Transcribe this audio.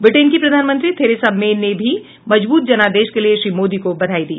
Britain की प्रधानमंत्री Theresa May ने भी मजबूत जनादेश के लिए श्री मोदी को बधाई दी